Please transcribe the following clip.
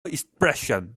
expression